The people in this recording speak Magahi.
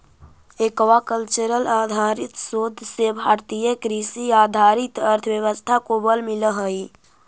एक्वाक्ल्चरल आधारित शोध से भारतीय कृषि आधारित अर्थव्यवस्था को बल मिलअ हई